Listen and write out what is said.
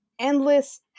endless